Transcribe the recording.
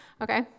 Okay